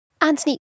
Anthony